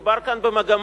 מדובר פה במגמה,